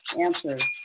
answers